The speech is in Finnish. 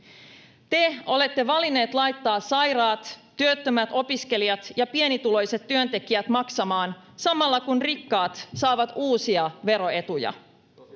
Te olette valinneet laittaa sairaat, työttömät, opiskelijat ja pienituloiset työntekijät maksamaan samalla, kun rikkaat saavat uusia veroetuja.